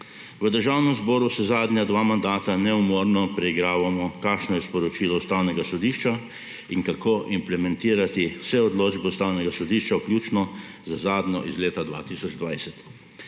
V Državnem zboru zadnja dva mandata neumorno preigravamo, kakšno je sporočilo Ustavnega sodišča in kako implementirati vse odločbe Ustavnega sodišča, vključno z zadnjo iz leta 2020.